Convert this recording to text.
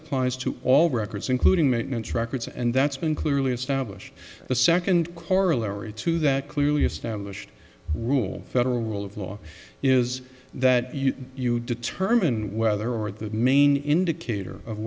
applies to all records including maintenance records and that's been clearly established the second corollary to that clearly established rule federal rule of law is that you determine whether or the main indicator of